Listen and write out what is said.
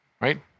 right